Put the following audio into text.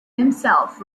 himself